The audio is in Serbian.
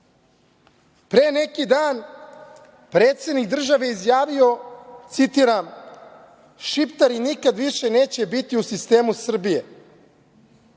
neki dan predsednik države je izjavio, citiram :“Šiptari nikad više neće biti u sistemu Srbije“.